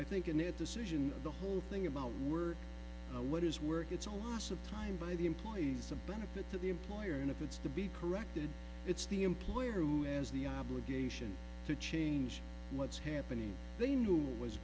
i think in it decision the whole thing about were what is work it's all asa time by the employees a benefit to the employer and if it's to be corrected it's the employer who has the obligation to change what's happening they knew